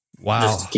Wow